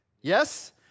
Yes